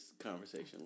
conversation